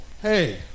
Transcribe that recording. Hey